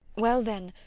well then,